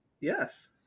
Yes